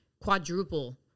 quadruple